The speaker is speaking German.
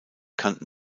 kannten